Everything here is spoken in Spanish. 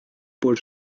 por